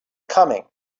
coming